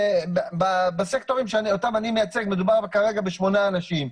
כי בסקטורים אותם אני מייצג מדובר כרגע בשמונה אנשים.